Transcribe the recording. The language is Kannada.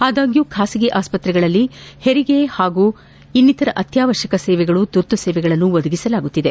ಅದಾಗ್ಯೂ ಖಾಸಗಿ ಆಸ್ಪತ್ರೆಗಳಲ್ಲಿ ಹೆರಿಗೆ ಹಾಗೂ ಇನ್ನಿತರ ಅತ್ಯಾವಶ್ಯಕ ಸೇವೆಗಳು ತುರ್ತು ಸೇವೆಗಳನ್ನು ಒದಗಿಸಲಾಗುತ್ತಿದೆ